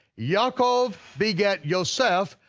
yaakov begat yoseph,